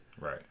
Right